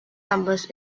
numbers